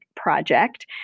Project